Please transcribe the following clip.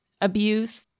abuse